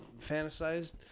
fantasized